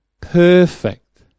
perfect